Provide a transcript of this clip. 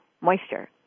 Moisture